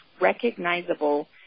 recognizable